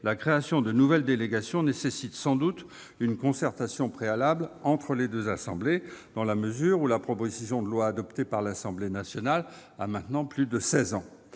la création de nouvelles délégations nécessiterait sans doute une concertation préalable entre les deux assemblées dans la mesure où la proposition de loi adoptée par l'Assemblée nationale date maintenant de plus de seize ans.